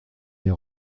des